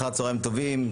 אחר הצוהריים טובים,